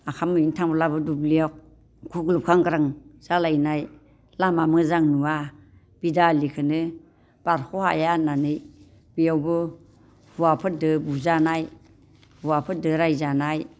ओंखाम हैनो थांब्लाबो दुब्लियाव गुग्रुं खांग्रां जालायनाय लामा मोजां नुवा बिदि आलिखौनो बारख' हाया होननानै बेयावबो हौवाफोरजों बुजानाय हौवाफोरजों रायजानाय